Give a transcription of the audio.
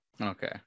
okay